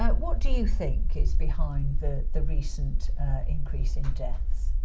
what do you think is behind the the recent increase in deaths?